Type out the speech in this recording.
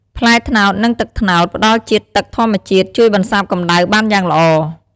ផ្លែត្នោតនិងទឹកត្នោត ផ្តល់ជាតិទឹកធម្មជាតិ ជួយបន្សាបកម្ដៅបានយ៉ាងល្អ។